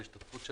בהשתתפות השר,